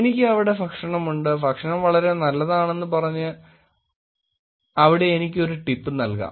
എനിക്ക് അവിടെ ഭക്ഷണമുണ്ട് ഭക്ഷണം വളരെ നല്ലതാണെന്ന് പറഞ്ഞ് അവിടെ എനിക്ക് ഒരു ടിപ്പ് നൽകാം